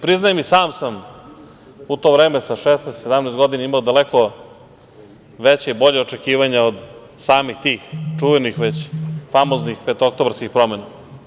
Priznajem, i sam sam u to vreme sa 16, 17 godina imao daleko veća i bolja očekivanja od samih tih čuvenih već, famoznih petooktobarskih promena.